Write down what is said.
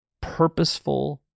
purposeful